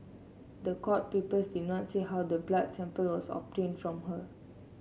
the court papers did not say how the blood sample was obtained from her